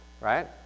Right